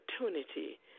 opportunity